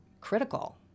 critical